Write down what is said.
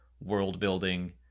world-building